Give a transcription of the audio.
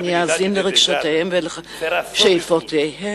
אני אאזין לרגשותיהם ולשאיפותיהם.